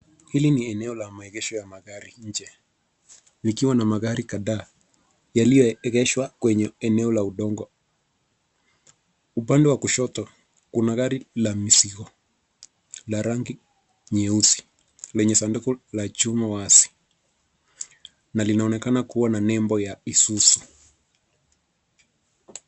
Hili ni eneo la maegesho ya magari nje. Ikiwa na magari kadhaa yaliyoegeshwa kwenye eneo la udongo. Upande wa kushoto, kuna gari la mizigo la rangi nyeusi lenye sanduka la chuma wazi. Na linaonekana kuwa na nembo ya isuzu.